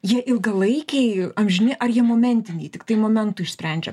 jie ilgalaikiai amžini ar jie momentinai tiktai momentu išsprendžia